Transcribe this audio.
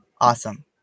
awesome